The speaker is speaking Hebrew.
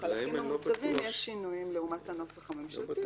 בחלקים המוצהבים יש שינויים לעומת הנוסח הממשלתי.